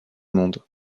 monde